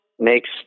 makes